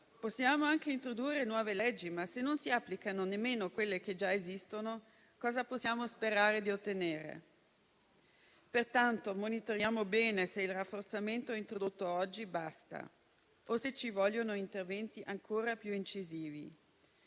Possiamo anche introdurre nuove leggi, ma se non si applicano nemmeno quelle che già esistono, cosa possiamo sperare di ottenere? Pertanto, monitoriamo bene se il rafforzamento introdotto oggi basterà o se ci vorranno interventi ancora più incisivi.